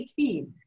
18